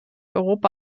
europa